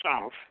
south